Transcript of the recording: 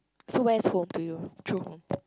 so where's home to you true home